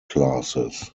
classes